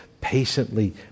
patiently